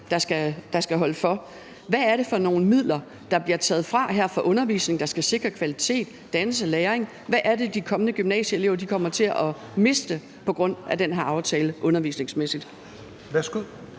der skal holde for. Hvad er det for nogle midler, der her bliver taget fra undervisningen, og som skulle sikre kvalitet, dannelse og læring? Hvad er det, de kommende gymnasielever undervisningsmæssigt kommer til at miste på grund af den her aftale?